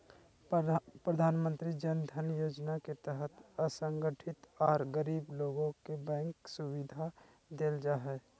प्रधानमंत्री जन धन योजना के तहत असंगठित आर गरीब लोग के बैंक सुविधा देल जा हई